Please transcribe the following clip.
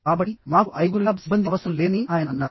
కాబట్టి మాకు ఐదుగురు ల్యాబ్ సిబ్బంది అవసరం లేదని ఆయన అన్నారు